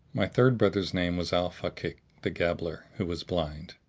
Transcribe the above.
my third brother's name was al-fakik, the gabbler, who was blind.